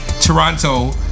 Toronto